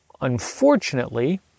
Unfortunately